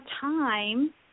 time